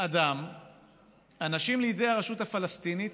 אדם אנשים לידי הרשות הפלסטינית